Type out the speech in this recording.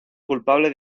culpable